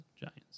Giants